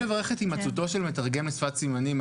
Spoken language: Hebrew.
לברך את הימצאותו של מתרגם לשפת הסימנים.